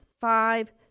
Five